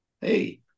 hey